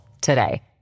today